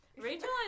Rachel